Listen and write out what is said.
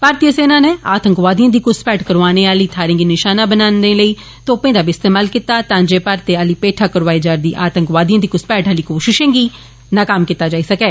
भारती सेना नै आतंकवादियें दी घ्सपैठ करौआने आली थाहरें गी निशाना बनाने लेई तोर्पे दा बी इस्तेमाल कीता तां जे भारत आली पेठा करोआई जा रदी आतंकवादियें दी घ्सपैठ आली कोशिश गी नाकाम कीता जाई सकै